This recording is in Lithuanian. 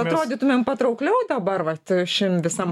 atrodytumėm patraukliau dabar vat šiam visam